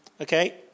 Okay